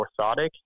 orthotic